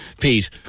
Pete